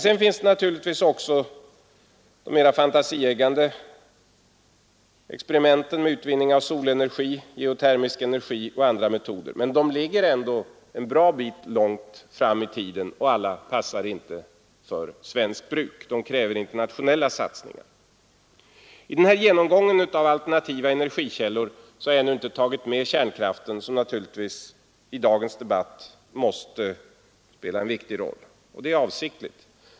Sedan finns också mera fantasieggande experiment med solenergi, geotermisk energi och andra. Men de ligger ändå en bra lång bit framåt i tiden, och inte alla passar för svenskt bruk, utan kräver internationella satsningar. I den här genomgången av alternativa energikällor har jag ännu inte tagit med kärnkraften. Det är avsiktligt.